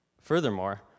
Furthermore